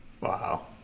Wow